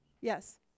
Yes